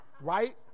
Right